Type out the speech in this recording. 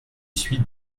suis